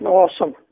Awesome